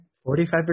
Forty-five